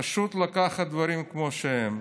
פשוט לקחת דברים כמו שהם.